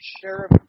Sheriff